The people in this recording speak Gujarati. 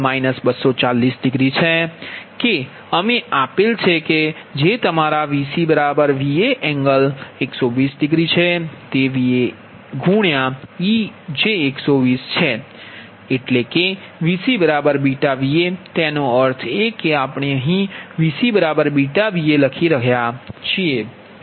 તેથી VcVa∠ 240 છે કે અમે આપેલ છે કે જે તમારા આ VcVa120 છે તે Vaej120છે કે VcβVa તેનો અર્થ એ કે આપણે અહીં Vc βVa લખી રહ્યા છીએ